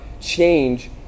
change